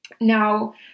now